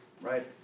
right